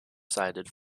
sided